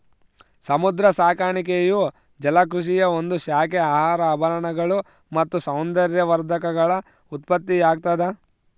ಸಮುದ್ರ ಸಾಕಾಣಿಕೆಯು ಜಲಕೃಷಿಯ ಒಂದು ಶಾಖೆ ಆಹಾರ ಆಭರಣಗಳು ಮತ್ತು ಸೌಂದರ್ಯವರ್ಧಕಗಳ ಉತ್ಪತ್ತಿಯಾಗ್ತದ